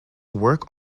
work